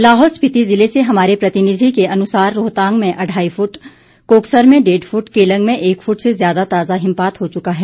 लाहौल स्पीति जिले से हमारे प्रतिनिधि के अनुसार रोहतांग में अढ़ाई फूट कोकसर में डेढ़ फूट केलंग में एक फूट से ज्यादा ताजा हिमपात हो चुका है